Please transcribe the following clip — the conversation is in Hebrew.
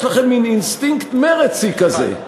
יש לכם מין אינסטינקט "מרצי" כזה,